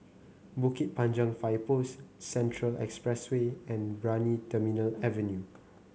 Bukit Panjang Fire Post Central Expressway and Brani Terminal Avenue